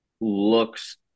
looks